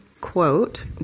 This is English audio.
quote